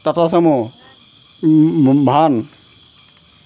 Tata sumo van